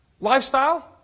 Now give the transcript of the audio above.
lifestyle